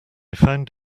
found